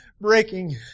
breaking